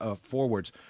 forwards